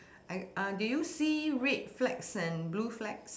I uh do you see red flags and blue flags